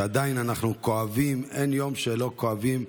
ועדיין אנחנו כואבים, ואין יום שלא כואבים,